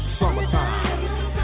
summertime